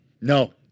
No